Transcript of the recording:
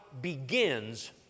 begins